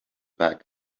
back